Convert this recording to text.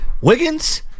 Wiggins